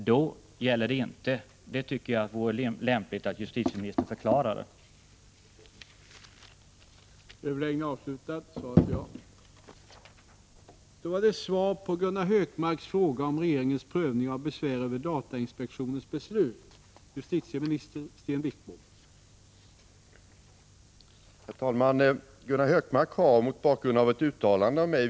Jag tycker att det vore lämpligt att justitieministern förklarade denna skillnad.